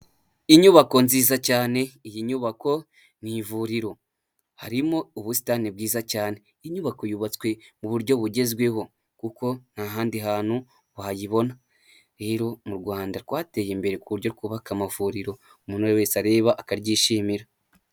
Inyubako nziza cyane, iyi nyubako ni ivuriro. Harimo ubusitani bwiza cyane. Inyubako yubatswe mu buryo bugezweho, kuko nta handi hantu wayibona. Rero mu Rwanda rwateye imbere ku buryo twubabaka amavuriro umuntu uwariwe wese areba akaryishimira.